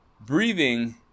breathing